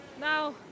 now